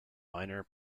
minor